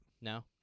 No